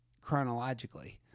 chronologically